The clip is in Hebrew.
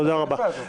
תודה רבה.